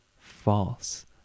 false